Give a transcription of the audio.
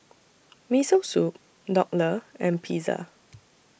Miso Soup Dhokla and Pizza